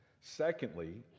Secondly